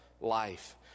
life